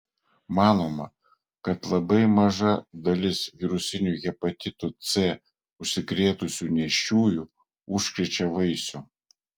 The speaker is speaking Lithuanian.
manoma kad labai maža dalis virusiniu hepatitu c užsikrėtusių nėščiųjų užkrečia vaisių